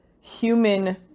human